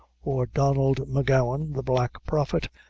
or donald m'gowan, the black prophet,